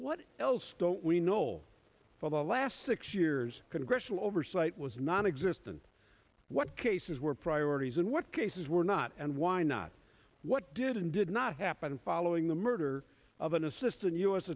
what else don't we know for the last six years congressional oversight was nonexistent what cases were priorities and what cases were not and why not what did and did not happen following the murder of an assistant u